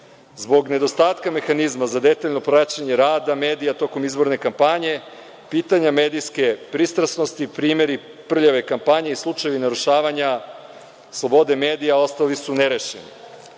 Zbog nedostatka mehanizma za detaljno praćenje rada medija tokom izborne kampanje, pitanja medijske pristrasnosti, primeri prljave kampanje i slučajevi narušavanja slobode medija ostali su nerešeni. Onda